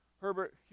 Herbert